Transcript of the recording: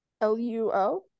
l-u-o